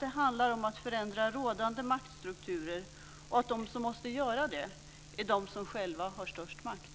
Det handlar om att förändra rådande maktstrukturer, och de som måste göra det är de som själva har störst makt.